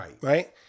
right